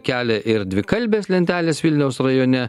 kelia ir dvikalbės lentelės vilniaus rajone